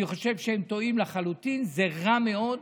אני חושב שהם טועים לחלוטין, זה רע מאוד.